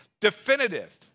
definitive